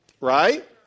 Right